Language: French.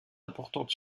importante